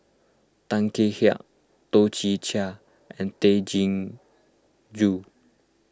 Tan Kek Hiang Toh Chin Chye and Tay Chin Joo